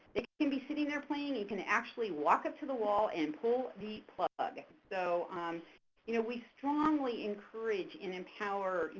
they can be sitting there playing and you can actually walk up to the wall and pull the plug. so you know we strongly encourage and empower,